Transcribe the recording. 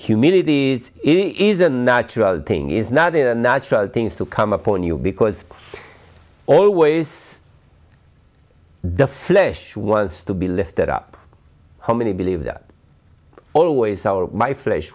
humility is a natural thing is not a natural things to come upon you because i always the flesh was to be lifted up how many believe that always are my flesh